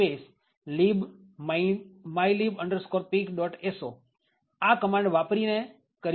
so આ command વાપરીને કરી શકીએ છીએ